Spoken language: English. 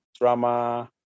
drama